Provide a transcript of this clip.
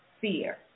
fear